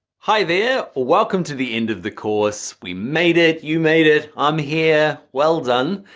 hi there, welcome to the end of the course. we made it, you made it, i'm here, well done.